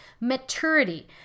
maturity